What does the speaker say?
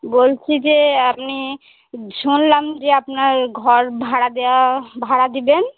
বলছি যে আপনি শুনলাম যে আপনার ঘর ভাড়া দেওয়া ভাড়া দেবেন